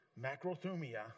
macrothumia